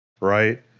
right